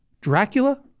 Dracula